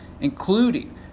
including